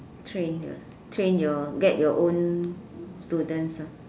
train train your get your own students ah